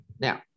Now